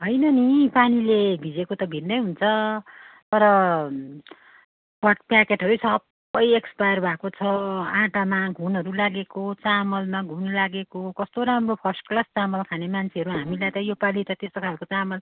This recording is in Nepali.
होइन नि पानीले भिझेको त भिन्नै हुन्छ तर पट प्याकेटहरू नै सबै एक्सपायर भएको छ आँटामा घुनहरू लागेको चामलमा घुन लागेको कस्तो राम्रो फर्स्ट क्लास चामल खाने मान्छेहरू हामीलाई त यो पालि त त्यस्तो खालको चामल